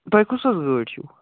تۄہہِ کُس حظ گٲڑۍ چھَو